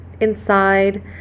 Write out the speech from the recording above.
inside